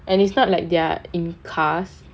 and it's not like they're in cars